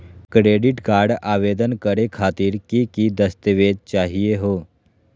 Credit card आवेदन करे खातीर कि क दस्तावेज चाहीयो हो?